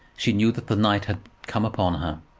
she knew that the night had come upon her,